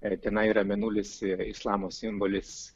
ir tenai yra mėnulis islamo simbolis